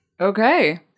Okay